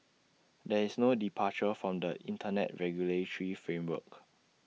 there is no departure from the Internet regulatory framework